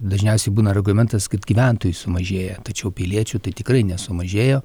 dažniausiai būna argumentas kad gyventojų sumažėjo tačiau piliečių tai tikrai nesumažėjo